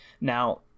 Now